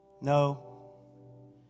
No